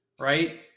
right